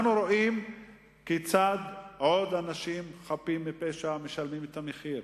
אנחנו רואים כיצד עוד אנשים חפים מפשע משלמים את המחיר,